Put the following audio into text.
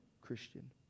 Christian